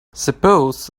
suppose